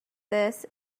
this